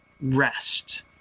rest